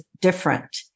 different